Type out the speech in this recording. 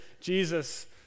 Jesus